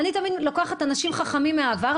אני תמיד לוקחת אנשים חכמים מהעבר,